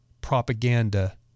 propaganda